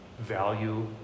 value